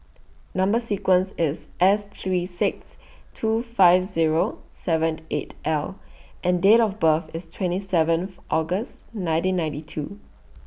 Number sequence IS S three six two five Zero seven eight L and Date of birth IS twenty seventh August nineteen ninety two